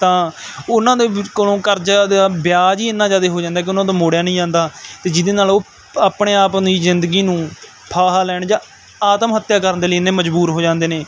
ਤਾਂ ਉਹਨਾਂ ਦੇ ਵਿ ਕੋਲੋਂ ਕਰਜ਼ਾ ਦਾ ਵਿਆਜ ਹੀ ਇੰਨਾ ਜ਼ਿਆਦਾ ਹੋ ਜਾਂਦਾ ਕਿ ਉਹਨਾਂ ਤੋਂ ਮੋੜਿਆ ਨਹੀਂ ਜਾਂਦਾ ਅਤੇ ਜਿਹਦੇ ਨਾਲ ਉਹ ਆਪਣੇ ਆਪ ਦੀ ਜ਼ਿੰਦਗੀ ਨੂੰ ਫਾਹਾ ਲੈਣ ਜਾਂ ਆਤਮ ਹੱਤਿਆ ਕਰਨ ਦੇ ਲਈ ਇੰਨੇ ਮਜਬੂਰ ਹੋ ਜਾਂਦੇ ਨੇ